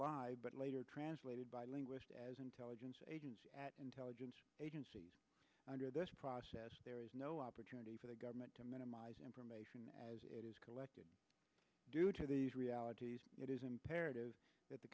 live but later translated by linguists as intelligence agents intelligence agencies under this process there is no opportunity for the government to minimize information as it is collected due to these realities it is imperative that the